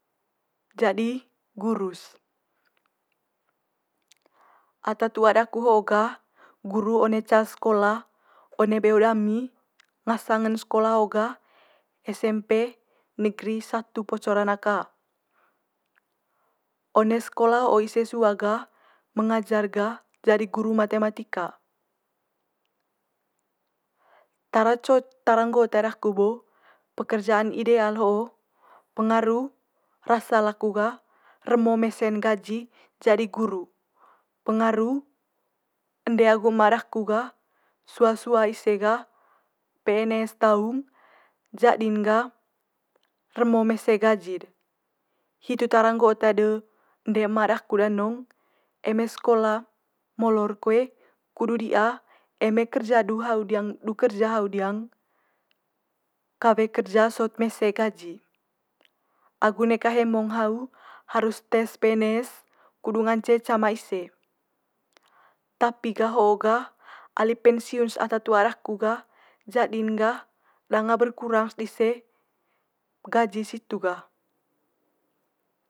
Jadi guru's ata tu'a daku ho'o gah guru one ca sekola one beo dami ngasang'n sekola ho gah es- em- pe negeri satu poco ranaka. one sekola ho'o ise sua gah mengajar gah jadi guru matematika. Tara co tara nggo tae daku bo pekerjaan ideal ho'o pengaru rasa laku gah remo mese'n gaji jadi guru, pengaru ende agu ema daku gah sua sua ise gah pe- en- es taung jadi'n ga remo mese gaji'd. Hitu tara nggo tae de ende ema daku danong eme sekola molor koe kudu di'a eme kerja du hau diang du kerja hau diang kawe kerja sot mese gaji. Agu neka hemong hau harus tes pe- en- es kudu ngance cama ise. tapi gah ho'o gah ali pensiun's ata tu'a daku gah jadi'n gah danga berkurang's dise gaji situ gah.